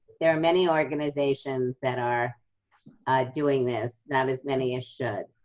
there are many organizations that are doing this, not as many as should.